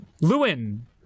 Lewin